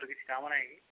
ତୋର କିଛି କାମ ନାଇଁ କି